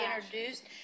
introduced